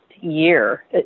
year